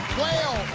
whale.